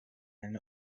and